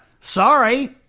sorry